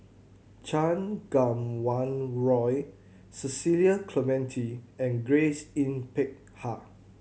Chan Kum Wah Roy Cecil Clementi and Grace Yin Peck Ha